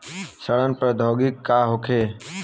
सड़न प्रधौगकी का होखे?